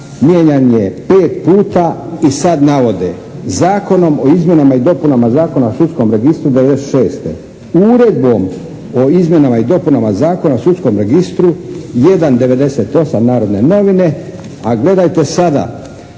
mijenjan je pet puta. I sad navode Zakonom o izmjenama i dopunama Zakona o sudskom registru '96. uredbom o izmjenama i dopunama Zakona o sudskom registru 1/98. "Narodne novine". A gledajte sada.